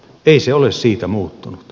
ei se ole siitä muuttunut